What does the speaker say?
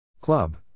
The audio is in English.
Club